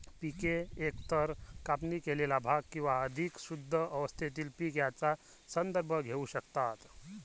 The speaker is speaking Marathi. पिके एकतर कापणी केलेले भाग किंवा अधिक शुद्ध अवस्थेतील पीक यांचा संदर्भ घेऊ शकतात